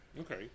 Okay